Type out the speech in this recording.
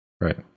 Right